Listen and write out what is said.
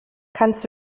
kannst